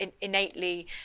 innately